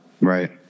Right